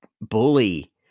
bully